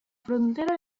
frontera